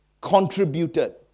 contributed